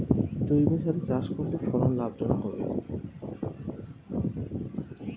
জৈবসারে চাষ করলে ফলন লাভজনক হবে?